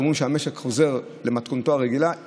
אומרים שהמשק חוזר למתכונתו הרגילה,